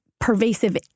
pervasive